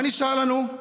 מה נשאר לנו?